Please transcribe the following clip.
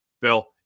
Bill